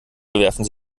bewerfen